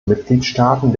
mitgliedstaaten